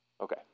Okay